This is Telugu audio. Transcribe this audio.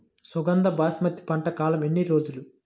సుగంధ బాస్మతి పంట కాలం ఎన్ని రోజులు?